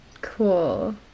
Cool